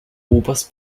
oberst